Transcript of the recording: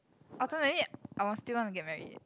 ultimately I will still want to get married